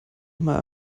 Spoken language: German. immer